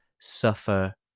suffer